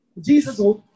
Jesus